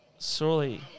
Surely